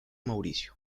mauricio